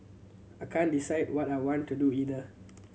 I can't decide what I want to do either